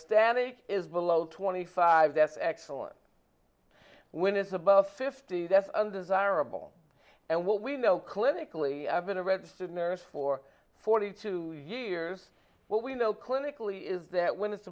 stanek is below twenty five that's excellent when it's above fifty that's undesirable and what we know clinically i've been a registered nurse for forty two years what we know clinically is that when it's